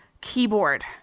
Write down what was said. keyboard